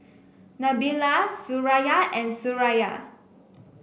Nabila Suraya and Suraya